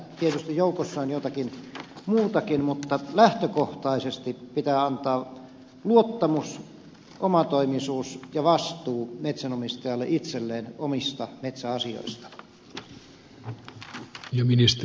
tietysti joukossa on jotakin muutakin mutta lähtökohtaisesti pitää antaa luottamus omatoimisuus ja vastuu metsänomistajalle itselleen omista metsäasioistaan